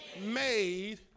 made